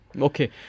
Okay